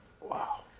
wow